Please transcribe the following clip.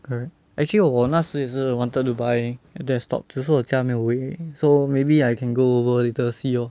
correct actually 我那时也是 wanted to buy a desktop 只是我家没有位而已 so maybe I can go over later to see lor